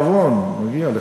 בתיאבון, מגיע לך.